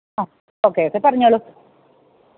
ആ okay okay പറഞ്ഞോളൂ